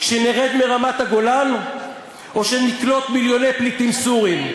שנרד מרמת-הגולן או שנקלוט מיליוני פליטים סורים?